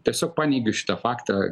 tiesiog paneigiu šitą faktą